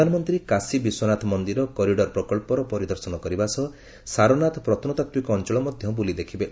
ପ୍ରଧାନମନ୍ତ୍ରୀ କାଶୀ ବିଶ୍ୱନାଥ ମନ୍ଦିର କରିଡର୍ ପ୍ରକଳ୍ପର ପରିଦର୍ଶନ କରିବା ସହ ସାରନାଥ ପ୍ରତ୍ନତାତ୍ତ୍ୱିକ ଅଞ୍ଚଳ ମଧ୍ୟ ବ୍ରଲି ଦେଖିବେ